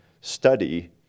study